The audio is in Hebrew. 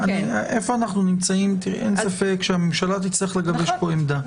בשאלה איפה אנחנו נמצאים אין ספק שהממשלה תצטרך לגבש פה עמדה.